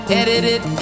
edited